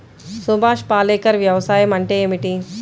సుభాష్ పాలేకర్ వ్యవసాయం అంటే ఏమిటీ?